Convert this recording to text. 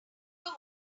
your